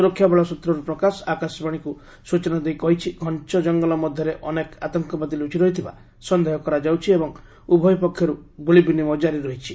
ସୁରକ୍ଷା ବଳ ସ୍ୱତ୍ର ଆକାଶବାଣୀକୁ ସୂଚନା ଦେଇ କହିଛି ଘଞ୍ଚ ଜଙ୍ଗଲ ମଧ୍ୟରେ ଅନେକ ଆତଙ୍କବାଦୀ ଲୁଚି ରହିଥିବା ସନ୍ଦେହ କରାଯାଉଛି ଏବଂ ଉଭୟ ପକ୍ଷରୁ ଗୁଳି ବିନିମୟ କାରି ରହିଛି